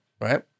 Right